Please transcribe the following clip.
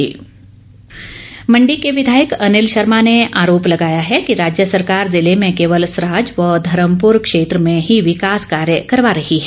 अनिल शर्मा मंडी के विघायक अनिल शर्मा ने आरोप लगाया है कि राज्य सरकार जिले में केवल सराज व धर्मपूर क्षेत्र में ही विकास कार्य करवा रही है